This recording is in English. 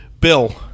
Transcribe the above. Bill